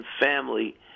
family